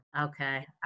Okay